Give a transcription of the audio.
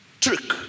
trick